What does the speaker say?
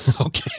Okay